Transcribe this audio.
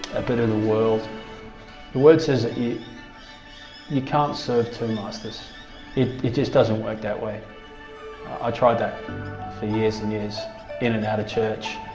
a bit of the world the word says that you you, can't serve two masters it it just doesn't work that way i tried that for years and years in and out of church